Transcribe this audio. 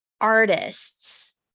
artists